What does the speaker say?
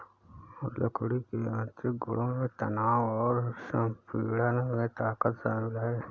लकड़ी के यांत्रिक गुणों में तनाव और संपीड़न में ताकत शामिल है